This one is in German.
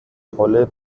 rolle